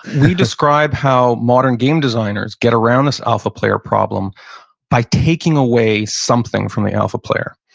we describe how modern game designers get around this alpha player problem by taking away something from the alpha player.